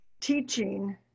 teaching